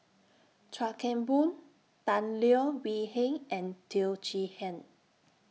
Chuan Keng Boon Tan Leo Wee Hin and Teo Chee Hean